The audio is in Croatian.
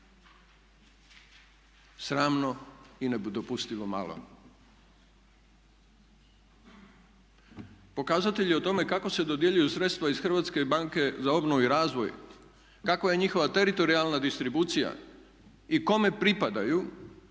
Sramno i nedopustivo malo. Pokazatelj je u tome kako se dodjeljuju sredstva iz HBOR-a, kako je njihova teritorijalna distribucija i kome pripadaju